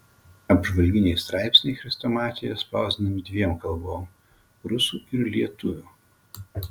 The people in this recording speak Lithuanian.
apžvalginiai straipsniai chrestomatijoje spausdinami dviem kalbom rusų ir lietuvių